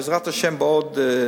בעזרת השם בעוד,